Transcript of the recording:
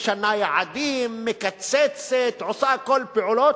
משנה יעדים, מקצצת, עושה את כל הפעולות.